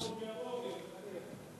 הצעה לסדר-היום מס' 8620,